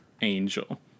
angel